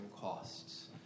costs